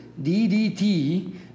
DDT